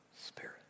Spirit